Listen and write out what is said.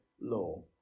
law